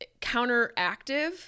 counteractive